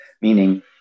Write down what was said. Meaning